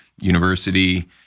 university